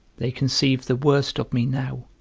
they conceive the worst of me now,